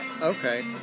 Okay